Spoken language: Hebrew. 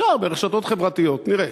אפשר ברשתות חברתיות, נראה,